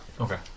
Okay